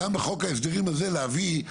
גם בחוק ההסדרים הזה להביא,